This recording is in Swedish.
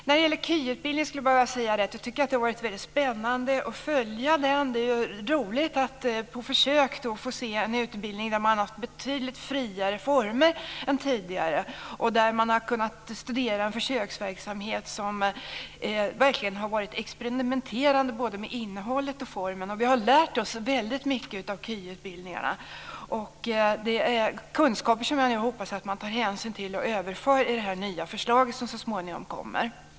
När det gäller KY vill jag bara säga att det har varit spännande att följa den. Det är ju roligt att på försök få se en utbildning där man har haft betydligt friare former än tidigare. Vi har kunnat studera en försöksverksamhet som verkligen har varit experimenterande med både innehåll och form. Vi har lärt oss väldigt mycket av KY. Det är kunskaper som jag nu hoppas att man tar hänsyn till och överför i det nya förslag som så småningom kommer.